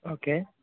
okay